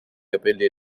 capelli